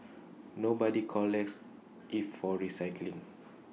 nobody collects IT for recycling